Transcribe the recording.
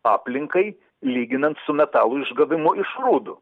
aplinkai lyginant su metalų išgavimo iš rūdų